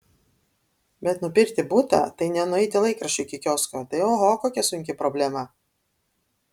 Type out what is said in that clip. bet nupirkti butą tai ne nueiti laikraščio iki kiosko tai oho kokia sunki problema